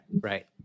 right